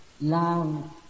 love